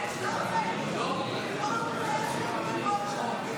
אנחנו עוברים להצבעות הבאות,